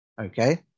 okay